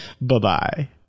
Bye-bye